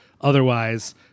otherwise